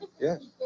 yes